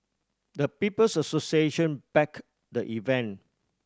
the People's Association backed the event